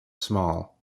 small